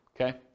Okay